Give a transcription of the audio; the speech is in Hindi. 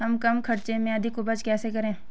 हम कम खर्च में अधिक उपज कैसे करें?